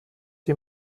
die